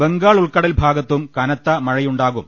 ബംഗാൾ ഉൾക്കടൽ ഭാഗത്തും കനത്ത മഴയുണ്ടാകും